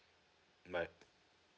month